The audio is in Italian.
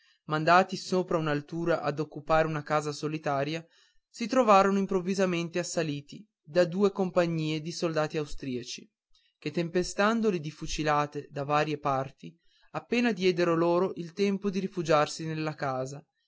mandati sopra un'altura a occupare una casa solitaria si trovarono improvvisamente assaliti da due compagnie di soldati austriaci che tempestandoli di fucilate da varie parti appena diedero loro il tempo di rifugiarsi nella casa